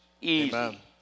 easy